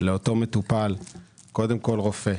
לאותו מטופל קודם כל רופא.